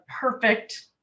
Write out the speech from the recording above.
perfect